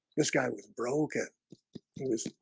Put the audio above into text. this guy was broken he was